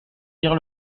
dire